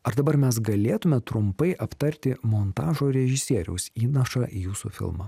ar dabar mes galėtume trumpai aptarti montažo režisieriaus įnašą į jūsų filmą